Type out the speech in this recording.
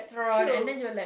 true